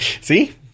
See